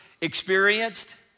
experienced